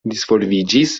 disvolviĝis